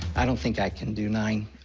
i don't think i can do nine.